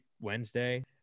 Wednesday